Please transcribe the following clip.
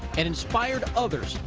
and inspired others.